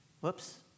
Whoops